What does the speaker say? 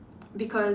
because